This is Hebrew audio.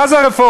מה זה רפורמי?